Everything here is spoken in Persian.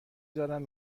زارن